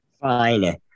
fine